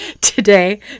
Today